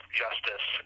justice